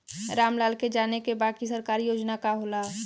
राम लाल के जाने के बा की सरकारी योजना का होला?